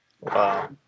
Wow